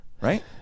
right